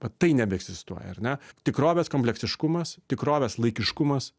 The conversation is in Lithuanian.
va tai nebeegzistuoja ar ne tikrovės kompleksiškumas tikrovės laikiškumas